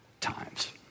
times